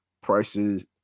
prices